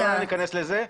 לא נכנס לזה.